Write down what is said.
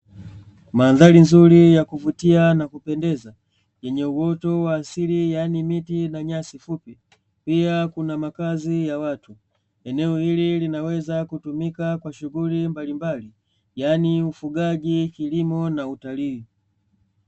Mandhari nzuri ya kuvutia na kupendeza yenye uoto wa asili yaani miti na nyasi fupi pia kuna makazi ya watu, eneo hili linaweza kutumika kwa shughuli mbalimbali yaani ufugaji, kilimo na utalii.